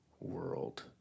world